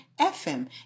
FM